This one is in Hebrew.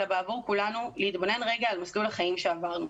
אלא בעבור כולנו להתבונן רגע על מסלול החיים שעברנו.